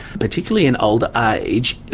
particularly in older age,